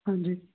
ਹਾਂਜੀ